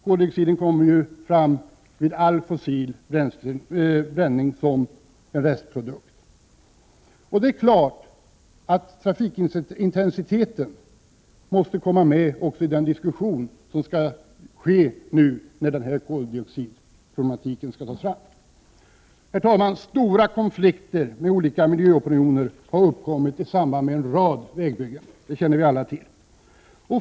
Koldioxiden kommer ju fram som en restprodukt vid förbränning av alla fossila bränslen. Det är klart att trafikintensiteten måste komma med i den diskussion som skall ske i samband med att koldioxidproblematiken tas fram. Herr talman! Stora konflikter med olika miljöopinioner har uppkommit i samband med en rad vägbyggen — det känner vi alla till.